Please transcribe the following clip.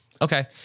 Okay